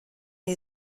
die